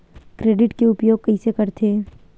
Credit के उपयोग कइसे करथे?